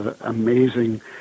amazing